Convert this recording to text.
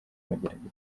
mageragere